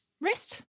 wrist